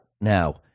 now